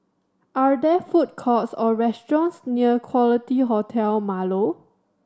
are there food courts or restaurants near Quality Hotel Marlow